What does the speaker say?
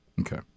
Okay